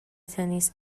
تنیس